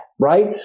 Right